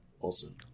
awesome